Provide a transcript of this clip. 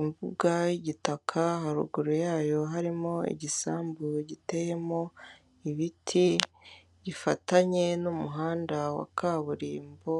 Imbuga y'igitaka haruguru yayo harimo igisambu giteyemo ibiti gifatanye n'umuhanda wa kaburimbo